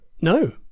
No